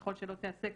ככל שלא תיעשה כזאת.